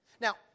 Now